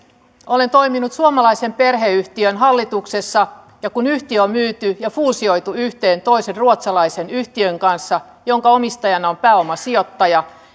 olen toiminut suomalaisen perheyhtiön hallituksessa ja kun yhtiö on myyty ja fuusioitu yhteen toisen ruotsalaisen yhtiön kanssa jonka omistajana on pääomasijoittaja